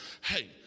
hey